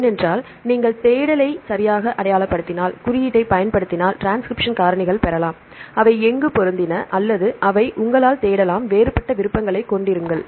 ஏனென்றால் நீங்கள் தேடலை சரியாக அடையாளப்படுத்தினால் குறியீட்டைப் பயன்படுத்தினால் டிரான்ஸ்கிரிப்ஷன் காரணிகள் பெறலாம் அவை எங்கும் பொருந்தின அல்லது அவை உங்களால் தேடலாம் வேறுபட்ட விருப்பங்களைக் கொண்டிருங்கள்